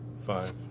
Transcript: five